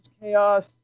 Chaos